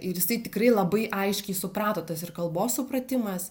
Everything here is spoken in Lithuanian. ir jisai tikrai labai aiškiai suprato tas ir kalbos supratimas